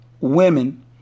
women